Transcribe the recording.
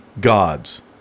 gods